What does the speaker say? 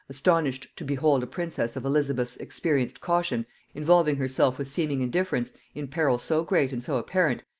astonished to behold a princess of elizabeth's experienced caution involving herself with seeming indifference in peril so great and so apparent,